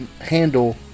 handle